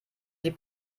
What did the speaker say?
sie